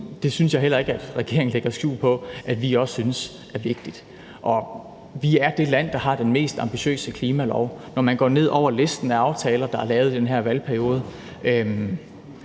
Jeg synes heller ikke, at regeringen lægger skjul på, at vi også synes, at det er vigtigt. Vi er det land, der har den mest ambitiøse klimalov. Når man går ned over listen af aftaler, der er lavet i den her valgperiode,